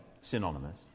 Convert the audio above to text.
synonymous